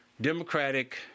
Democratic